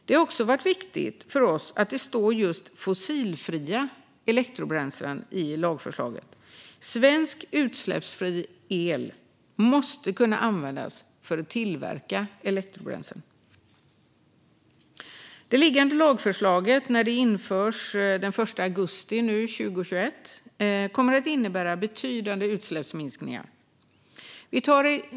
Det har även varit viktigt för oss att det står just "fossilfria" elektrobränslen i lagförslaget. Svensk utsläppsfri el måste kunna användas för att tillverka elektrobränslen. Det liggande lagförslaget kommer att innebära betydande utsläppsminskningar när det införs den 1 augusti 2021.